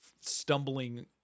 stumbling